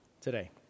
today